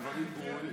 הדברים ברורים.